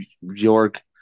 York